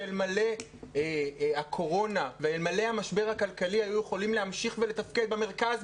שאלמלא הקורונה ואלמלא המשבר הכלכלי היו יכולים להמשיך ולתפקד במרכז,